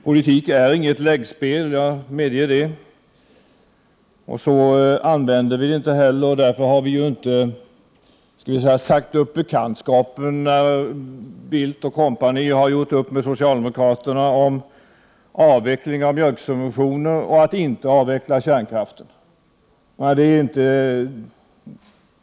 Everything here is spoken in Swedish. Politik är inget läggspel, jag medger det, och så använder vi den inte heller. Därför har vi inte sagt upp bekantskapen när Bildt & Co. gjort upp med socialdemokraterna om avveckling av mjölksubventioner och om att inte avveckla kärnkraften.